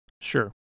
Sure